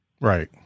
Right